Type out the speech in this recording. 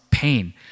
pain